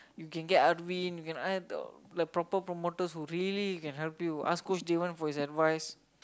you can get Arwin you can ask the proper promoters who really can help you ask coach this one for his advice